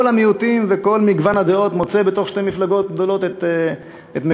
כל המיעוטים וכל מגוון הדעות מוצאים בתוך שתי מפלגות גדולות את מקומם.